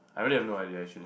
I really have no idea actually